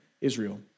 Israel